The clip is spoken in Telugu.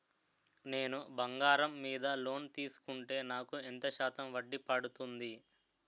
నేను బంగారం మీద లోన్ తీసుకుంటే నాకు ఎంత శాతం వడ్డీ పడుతుంది?